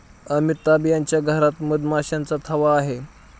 अमिताभ यांच्या घरात मधमाशांचा थवा आहे